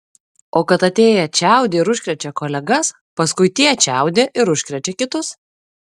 o kad atėję čiaudi ir užkrečia kolegas paskui tie čiaudi ir užkrečia kitus